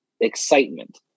Excitement